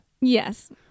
Yes